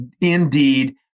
indeed